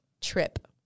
trip